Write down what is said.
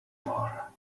more